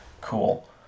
cool